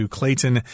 Clayton